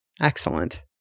excellent